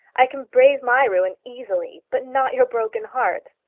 i can brave my ruin easily, but not your broken heart.